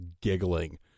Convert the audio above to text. giggling